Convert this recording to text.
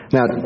Now